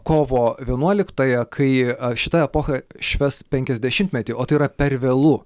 kovo vienuoliktaja kai šita epocha švęs penkiasdešimtmetį o tai yra per vėlu